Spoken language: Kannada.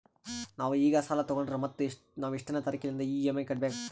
ನಾವು ಈಗ ಸಾಲ ತೊಗೊಂಡ್ರ ಮತ್ತ ನಾವು ಎಷ್ಟನೆ ತಾರೀಖಿಲಿಂದ ಇ.ಎಂ.ಐ ಕಟ್ಬಕಾಗ್ತದ್ರೀ?